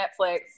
Netflix